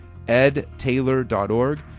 edtaylor.org